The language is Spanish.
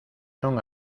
son